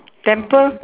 temple